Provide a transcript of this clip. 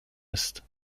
ist